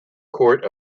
court